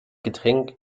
getränk